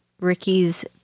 Ricky's